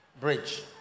Bridge